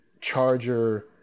Charger